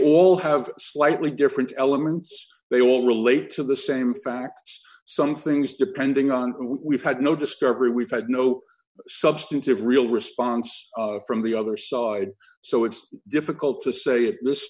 all have slightly different elements they all relate to the same facts some things depending on who we've had no discovery we've had no substantive real response from the other side so it's difficult to say at this